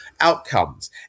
outcomes